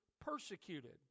persecuted